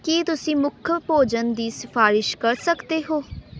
ਕੀ ਤੁਸੀਂ ਮੁੱਖ ਭੋਜਨ ਦੀ ਸਿਫਾਰਸ਼ ਕਰ ਸਕਦੇ ਹੋ